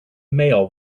male